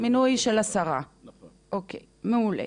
מינוי של השרה, אוקיי, מעולה.